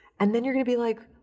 and then you're gonna be like,